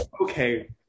Okay